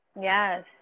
Yes